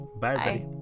bye